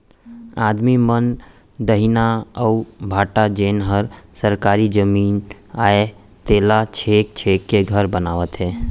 आदमी मन दइहान अउ भाठा जेन हर सरकारी जमीन अय तेला छेंक छेंक के घर बनावत हें